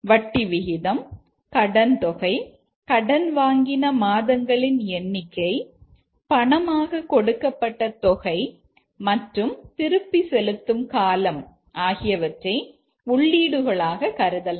வட்டி விகிதம் கடன் தொகை கடன் வாங்கின மாதங்களின் எண்ணிக்கை பணமாக கொடுக்கப்பட்ட தொகை மற்றும் திருப்பி செலுத்தும் காலம் ஆகியவற்றை உள்ளீடுகளாக கருதலாம்